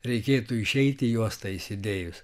reikėtų išeiti juostą įsidėjus